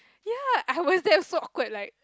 ya I was there so awkward like